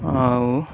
ଆଉ